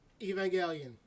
Evangelion